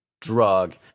drug